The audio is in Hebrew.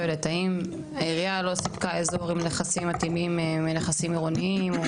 האם העירייה לא סיפקה אזור מתאים מהנכסים העירוניים?